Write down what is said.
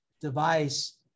device